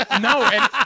No